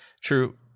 true